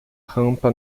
rampa